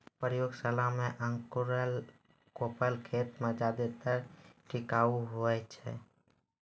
प्रयोगशाला मे अंकुराएल कोपल खेत मे ज्यादा टिकाऊ हुवै छै